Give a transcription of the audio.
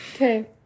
Okay